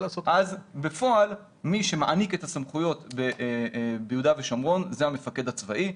בפועל מי שמעניק את הסמכויות ביהודה ושומרון זה המפקד הצבאי.